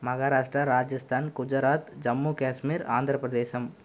Maharashtra Rajasthan Gujarat Jammu Kashmir Andhra Pradesh